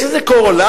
יש איזו קורלציה,